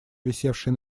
висевший